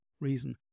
reason